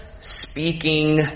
speaking